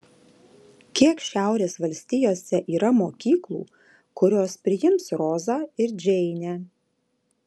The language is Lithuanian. kiek šiaurės valstijose yra mokyklų kurios priims rozą ir džeinę